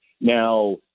Now